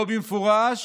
לא במפורש